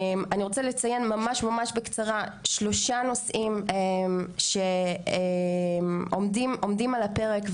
אני רוצה לציין ממש ממש בקצרה שלושה נושאים שעומדים על הפרק,